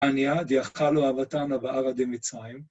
עניא דאכלו אבהתנא בארעא דמצרים